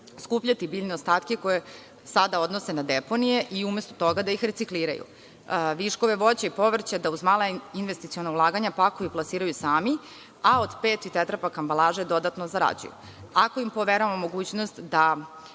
skupljati biljne ostatke koje sada odnose na deponije i umesto toga da ih recikliraju. Viškove voća i povrća da uz mala investiciona ulaganja pakuju i plasiraju sami a od tetrapak ambalaža dodatno zarađuju. Ako im poveravamo mogućnost da